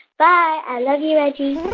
bye. i love you, reggie